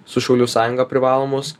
su šaulių sąjunga privalomus